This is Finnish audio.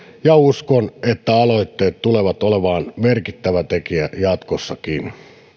ja uskon että aloitteet tulevat olemaan merkittävä tekijä jatkossakin